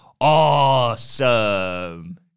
awesome